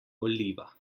oliva